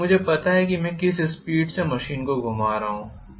क्योंकि मुझे पता है कि मैं किस स्पीड से मशीन को घुमा रहा हूं